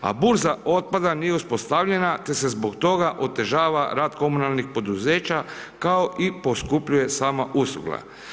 a burza otpada nije uspostavljena, te se zbog toga otežava rad komunalnih poduzeća, kao i poskupljuje sama usluga.